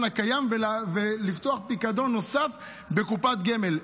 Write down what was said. הקיים ולפתוח פיקדון נוסף בקופות גמל.